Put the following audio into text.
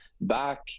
back